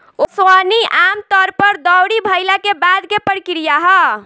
ओसवनी आमतौर पर दौरी भईला के बाद के प्रक्रिया ह